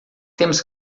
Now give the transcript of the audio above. temos